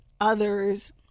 others